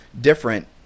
different